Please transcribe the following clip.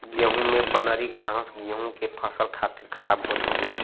गेंहू में बनरी घास गेंहू के फसल खातिर खराब होत हउवे